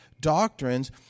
doctrines